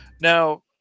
Now